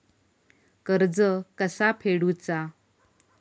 कर्ज कसा फेडुचा?